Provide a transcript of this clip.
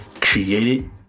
created